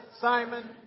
Simon